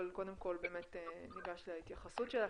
אבל קודם כל באמת ניגש להתייחסות שלך,